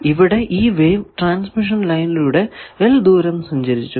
ഇവിടെ ഈ wave transmission ലൈനിലൂടെ l ദൂരം സഞ്ചരിച്ചു